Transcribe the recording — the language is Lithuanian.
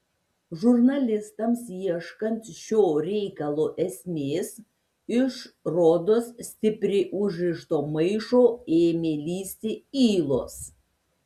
žurnalistams ieškant šio reikalo esmės iš rodos stipriai užrišto maišo ėmė lįsti ylos